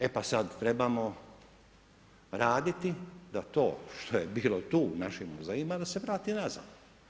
E pa sad trebamo raditi da to što je bilo tu u našim muzejima da se vrati nazad.